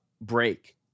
break